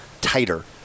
tighter